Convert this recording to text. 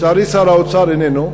לצערי שר האוצר איננו,